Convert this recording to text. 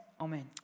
Amen